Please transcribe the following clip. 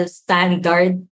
standard